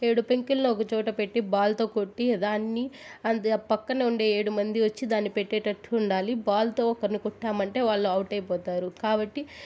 ఏడు పెంకులో ఒక చోట పెట్టి బాల్తో కొట్టి దాన్ని అద్ ఆ పక్కనే ఉండే ఏడుమంది ఒచ్చి దాన్ని పెట్టేటట్టు ఉండాలి బాల్తో ఒకరిని కొట్టామంటే వాళ్ళు ఔట్ అయి పోతారు కావట్టి